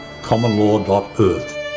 commonlaw.earth